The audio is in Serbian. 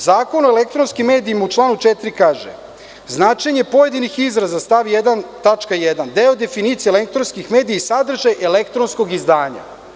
Zakon o elektronskim medijima u članu 4. kaže – značenje pojedinih izraza, stav 1. tačka 1, deo definicije elektronskih medija i sadržaj elektronskog izdanja.